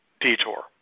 detour